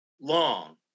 Long